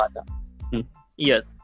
Yes